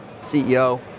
CEO